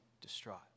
distraught